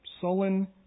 sullen